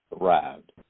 arrived